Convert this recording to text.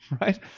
Right